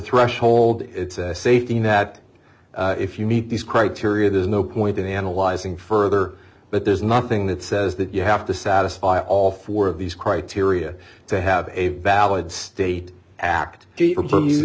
threshold it's a safety net if you meet these criteria there's no point in analyzing further but there's nothing that says that you have to satisfy all four of these criteria to have a valid state act do you